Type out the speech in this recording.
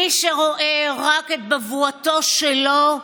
מי שרואה רק את בבואתו שלו,